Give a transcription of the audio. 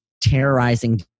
terrorizing